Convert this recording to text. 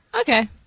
Okay